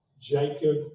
jacob